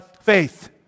faith